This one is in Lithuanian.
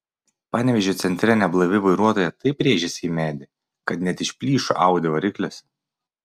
panevėžio centre neblaivi vairuotoja taip rėžėsi į medį kad net išplyšo audi variklis